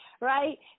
Right